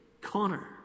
Connor